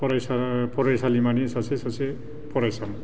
फरायसालिमानि सासे सासे फरायसामोन